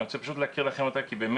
אני רוצה להקריא את ההודעה כי באמת